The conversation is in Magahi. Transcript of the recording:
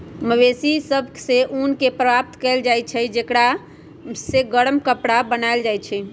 मवेशि सभ से ऊन प्राप्त कएल जाइ छइ जेकरा से गरम कपरा बनाएल जाइ छइ